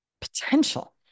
potential